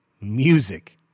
Music